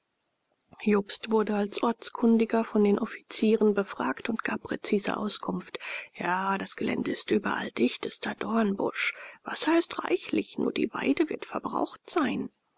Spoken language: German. jobst wurde als ortskundiger von den offizieren befragt und gab präzise auskunft ja das gelände ist überall dichtester dornbusch wasser ist reichlich nur die weide wird verbraucht sein